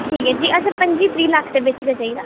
ठीक ऐ जी असें पंजी त्रीह् लक्ख दे बिच्च गै चाहिदा